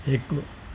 हिकु